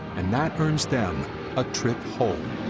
and that earns them a trip home,